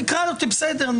תקרא אותי לסדר.